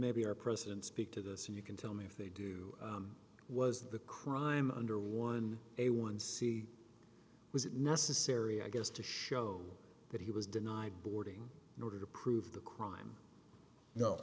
maybe our president speak to this and you can tell me if they do was the crime under one a one c was it necessary i guess to show that he was denied boarding in order to prove the crime no